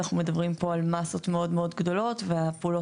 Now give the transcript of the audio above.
אנחנו מדברים פה על מסות מאוד מאוד גדולות והפעולות